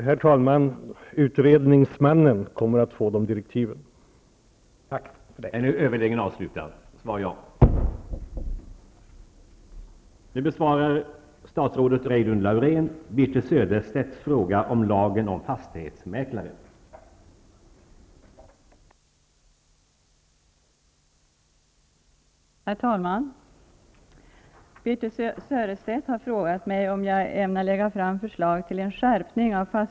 Herr talman! Utredningsmannen kommer att få direktiv härom.